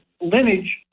lineage